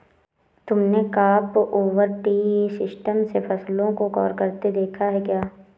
तुमने crop over tree system से फसलों को कवर करते देखा है क्या?